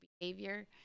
behavior